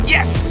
Yes